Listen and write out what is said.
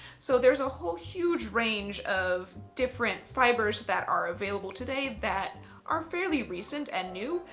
so there's a whole huge range of different fibres that are available today, that are fairly recent and new.